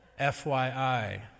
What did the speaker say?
FYI